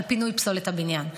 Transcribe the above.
לפינוי פסולת הבניין,